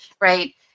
right